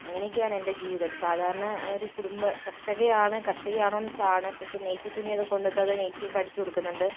അങ്ങനെയൊക്കെയാണ് എൻ്റെ ജീവിതം ഒരു സാധാരണ ഒരു കുടുംബ കർഷകയാണ് കർഷകയാണോയെന്ന് വെച്ചാൽ ആണ് പക്ഷെ നൈറ്റി തുണിയൊക്കെ കൊണ്ട് തന്നാൽ നൈറ്റിയൊക്കെ അടിച്ചു കൊടുക്കുന്നുണ്ട്